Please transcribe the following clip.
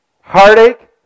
heartache